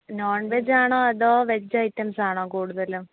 non veg ആണോ അതോ veg items ആണോ കൂടുതലും